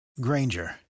Granger